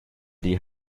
die